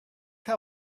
how